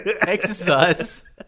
exercise